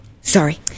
sorry